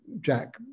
Jack